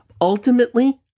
Ultimately